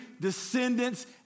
descendants